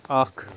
اکھ